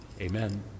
Amen